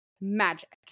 magic